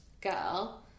girl